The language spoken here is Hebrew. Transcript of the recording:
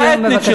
משפט סיום בבקשה.